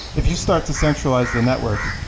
if you start to centralize the network,